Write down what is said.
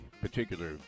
particular